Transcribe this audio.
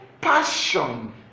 passion